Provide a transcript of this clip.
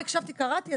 קראתי.